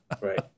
Right